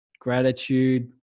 gratitude